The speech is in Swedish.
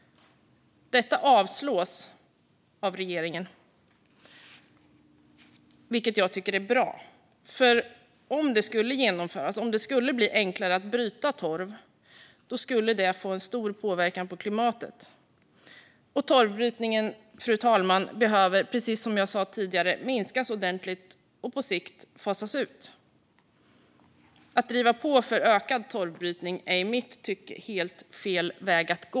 Detta avstyrks av utskottsmajoriteten, vilket jag tycker är bra. Om det skulle genomföras, om det skulle bli enklare att bryta torv, skulle det få stor påverkan på klimatet. Fru talman! Torvbrytningen behöver, precis som jag sa tidigare, minskas ordentligt och på sikt fasas ut. Att driva på för ökad torvbrytning är i mitt tycke helt fel väg att gå.